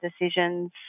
decisions